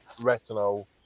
Retinol